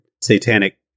satanic